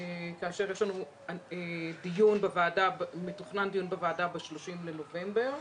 כאשר מתוכנן דיון בוועדה ב-30 בנובמבר.